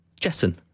Jessen